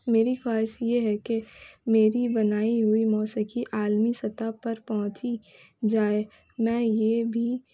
میری خواہش یہ ہے کہ میری بنائی ہوئی موسیقی عالمی سطح پر پہنچی جائے میں یہ بھی